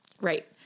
Right